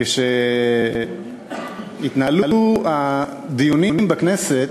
כשהתנהלו הדיונים בכנסת